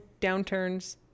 downturns